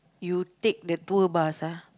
you take the tour bus ah